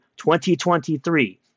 2023